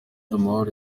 amahoro